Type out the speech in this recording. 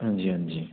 ਹਾਂਜੀ ਹਾਂਜੀ